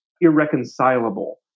irreconcilable